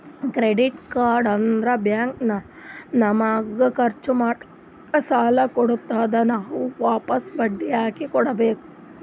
credit card ಅಂದುರ್ bank ನಮಗ ಖರ್ಚ್ ಮಾಡ್ಲಾಕ್ ಸಾಲ ಕೊಡ್ತಾದ್, ನಾವ್ ವಾಪಸ್ ಬಡ್ಡಿ ಹಾಕಿ ಕೊಡ್ಬೇಕ